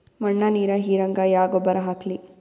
ಮಣ್ಣ ನೀರ ಹೀರಂಗ ಯಾ ಗೊಬ್ಬರ ಹಾಕ್ಲಿ?